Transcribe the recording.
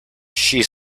she